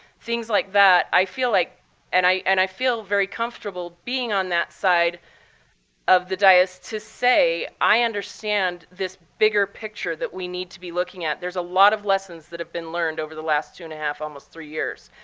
things like that i feel like and i and i feel very comfortable being on that side of the dais to say, i understand this bigger picture that we need to be looking at. there's a lot of lessons that have been learned over the last two and a half, almost three years,